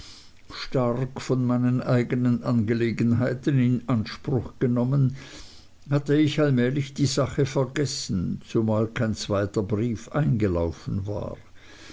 stark von meinen eignen angelegenheiten in anspruch genommen hatte ich allmählich die sache vergessen zumal kein zweiter brief eingelaufen war